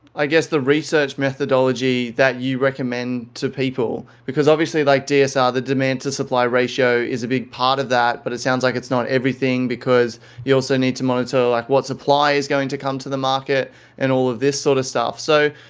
ah the research methodology that you recommend to people. because, obviously, like dsr, the demand to supply ratio is a big part of that but it sounds like it's not everything because you also need to monitor like what supply is going to come to the market and all of this sort of stuff. so